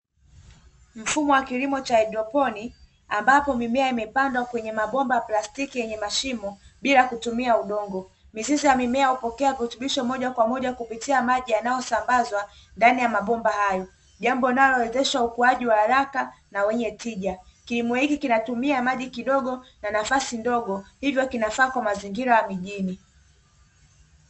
Mfumo wa kilimo cha haidroponi, ambapo mimea imepandwa kwenye mabomba plastiki yenye mashimo bila kutumia udongo mizizi ya mimea hupokea virutubisho moja kwa moja kupitia maji, yanayosambazwa ndani ya mabomba hayo jambo unalowezesha ukuaji wa haraka na wenye tija, kilimo hiki kinatumia maji kidogo na nafasi ndogo hivyo kinafaa kwa mazingira ya mijini.